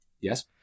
Yes